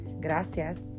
Gracias